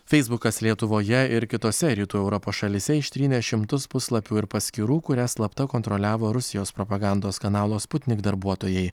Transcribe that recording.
feisbukas lietuvoje ir kitose rytų europos šalyse ištrynė šimtus puslapių ir paskyrų kurias slapta kontroliavo rusijos propagandos kanalo sputnik darbuotojai